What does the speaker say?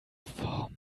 form